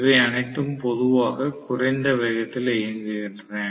இவை அனைத்தும் பொதுவாக குறைந்த வேகத்தில் இயங்குகின்றன